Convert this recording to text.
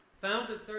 founded